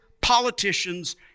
politicians